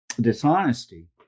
dishonesty